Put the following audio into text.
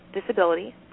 disability